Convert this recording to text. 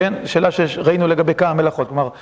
כן, שאלה שראינו לגבי כמה מלאכות.